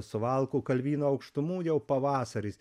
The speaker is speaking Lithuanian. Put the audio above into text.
suvalkų kalvyno aukštumų jau pavasaris